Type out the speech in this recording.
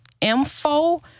info